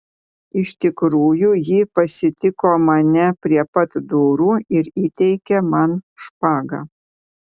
iš tikrųjų ji pasitiko mane prie pat durų ir įteikė man špagą